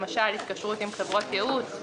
למשל: התקשרות עם חברות ייעוץ,